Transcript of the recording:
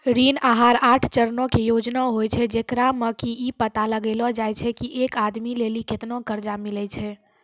ऋण आहार आठ चरणो के योजना होय छै, जेकरा मे कि इ पता लगैलो जाय छै की एक आदमी लेली केतना कर्जा मिलै छै